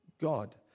God